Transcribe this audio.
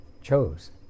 chose